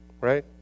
right